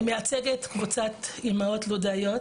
אני מייצגת קבוצת אימהות לודאיות